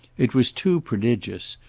it was too prodigious,